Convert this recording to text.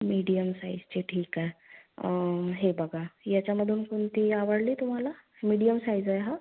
medium साइजचे ठीक आहे हे बघा ह्याच्यामधून कोणती आवडली तुम्हाला मीडियम साइज आहे हा